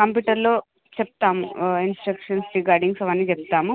కంప్యూటర్లోనే చెప్తాము instructions recordings అవన్నీ చెప్తాము